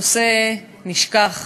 נושא נשכח,